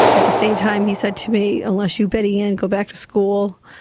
at the same time he said to me, unless you betty anne go back to school,